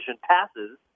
passes